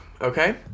okay